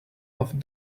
off